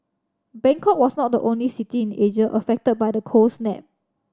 Bangkok was not the only city in Asia affected by the cold snap